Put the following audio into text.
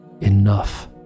Enough